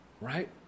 right